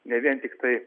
ne vien tiktai